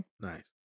nice